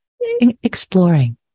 exploring